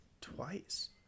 twice